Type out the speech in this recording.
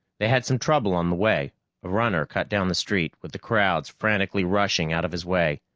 they had some trouble on the way a runner cut down the street, with the crowds frantically rushing out of his way.